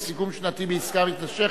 סיכום שנתי בעסקה מתמשכת),